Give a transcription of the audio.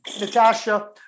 Natasha